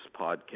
podcast